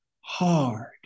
hard